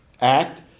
act